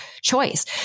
choice